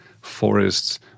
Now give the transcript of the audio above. forests